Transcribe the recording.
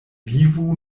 vivo